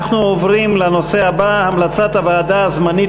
אנחנו עוברים לנושא הבא: המלצת הוועדה הזמנית